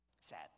sad